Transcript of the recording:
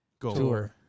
tour